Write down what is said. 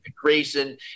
Grayson